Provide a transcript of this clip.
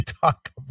talk